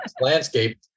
landscape